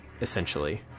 essentially